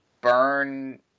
burn